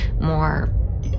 more